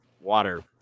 water